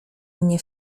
mnie